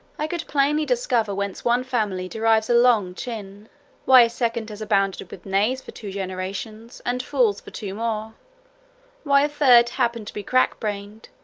i could plainly discover whence one family derives a long chin why a second has abounded with knaves for two generations, and fools for two more why a third happened to be crack-brained,